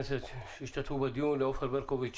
בדיון, לעופר ברקוביץ'